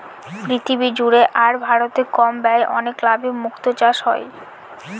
পৃথিবী জুড়ে আর ভারতে কম ব্যয়ে অনেক লাভে মুক্তো চাষ হয়